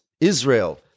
Israel